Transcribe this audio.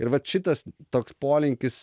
ir vat šitas toks polinkis